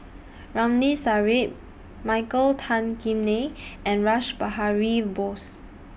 Ramli Sarip Michael Tan Kim Nei and Rash Behari Bose